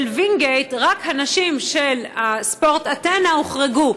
וינגייט רק הנשים של ספורט אתנה הוחרגו.